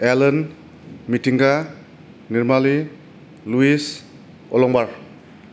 Elon मिथिंगा निरमालि लुयिस अलंबार